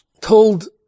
told